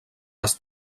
les